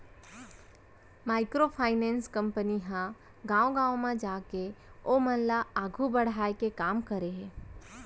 micro finance company ह गाँव गाँव म जाके ओमन ल आघू बड़हाय के काम करे हे